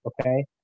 okay